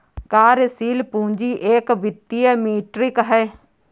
कार्यशील पूंजी एक वित्तीय मीट्रिक है